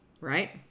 right